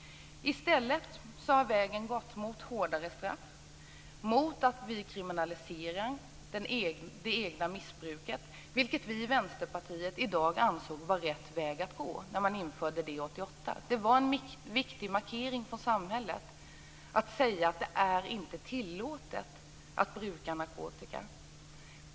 I stället har vägen gått mot hårdare straff, mot kriminalisering av det egna missbruket, vilket vi i Vänsterpartiet ansåg var rätt väg att gå när det infördes 1988. Det var en viktig markering från samhället att säga att det inte är tillåtet att bruka narkotika.